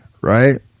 right